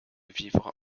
vivre